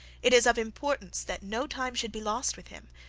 it is of importance that no time should be lost with him,